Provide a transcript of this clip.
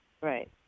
Right